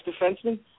defenseman